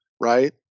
right